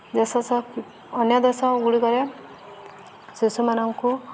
ଦେଶ ସହ ଅନ୍ୟ ଦେଶଗୁଡ଼ିକରେ ଶିଶୁମାନଙ୍କୁ